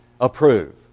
approve